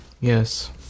Yes